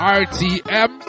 rtm